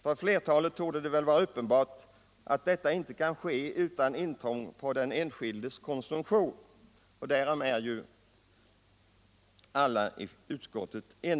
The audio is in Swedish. För de flesta torde det vara uppenbart att detta inte kan ske utan intrång i den enskildes konsumtion, och därom är också alla i utskottet eniga.